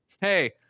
Hey